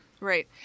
Right